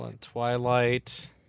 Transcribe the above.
Twilight